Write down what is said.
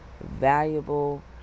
valuable